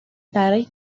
برای